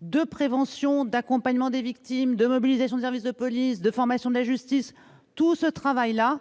de prévention, d'accompagnement des victimes, de mobilisation des services de police, de formation de la justice exige d'autres